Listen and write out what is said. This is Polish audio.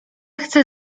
chcę